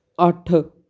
ਅੱਠ